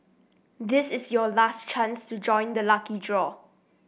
this is your last chance to join the lucky draw